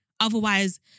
Otherwise